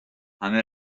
همه